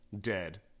dead